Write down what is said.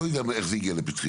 לא יודע איך זה הגיע לפתח,